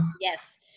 yes